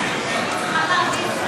אדוני, מה עם עפולה?